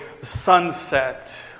sunset